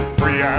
free